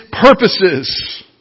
purposes